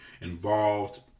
involved